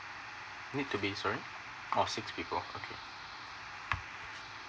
need to be sorry oh six people okay